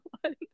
one